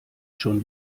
schon